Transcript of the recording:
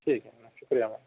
ٹھیک ہے میڈم شکریہ